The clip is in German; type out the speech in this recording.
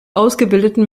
ausgebildeten